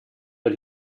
but